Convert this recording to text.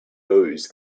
rose